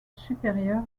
supérieure